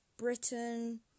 Britain